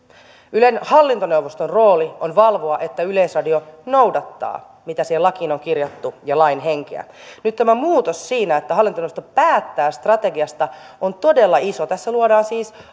ylen hallintoneuvoston rooli on valvoa että yleisradio noudattaa sitä mitä siihen lakiin on kirjattu ja lain henkeä nyt tämä muutos siinä että hallintoneuvosto päättää strategiasta on todella iso tässä siis luodaan